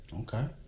Okay